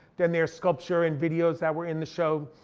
then there's sculpture and videos that were in the show.